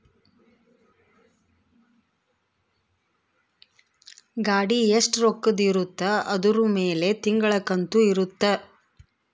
ಗಾಡಿ ಎಸ್ಟ ರೊಕ್ಕದ್ ಇರುತ್ತ ಅದುರ್ ಮೇಲೆ ತಿಂಗಳ ಕಂತು ಇರುತ್ತ